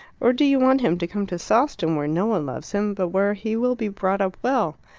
or do you want him to come to sawston, where no one loves him, but where he will be brought up well?